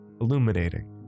illuminating